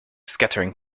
scattering